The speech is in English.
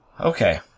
Okay